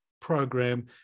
program